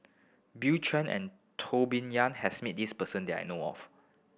Bill Chen and Tou Been Yang has met this person that I know of